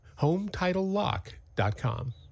HomeTitleLock.com